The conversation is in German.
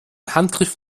handgriff